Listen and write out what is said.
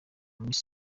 misiri